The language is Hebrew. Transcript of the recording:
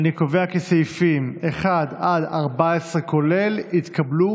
אני קובע כי סעיפים 1 עד 14 כולל התקבלו.